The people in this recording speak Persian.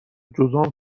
جذام